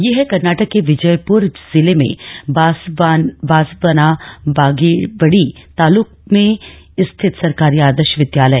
यह है कर्नाटक के विजयपूर जिले में बासावनाबागेवडी तालुक में स्थित सरकारी आदर्श विद्यालय